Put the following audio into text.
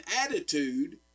attitude